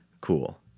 cool